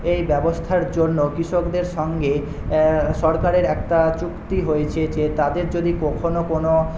এই ব্যবস্থার জন্য কৃষকদের সঙ্গে সরকারের একটা চুক্তি হয়েছে যে তাদের যদি কখনও কোনও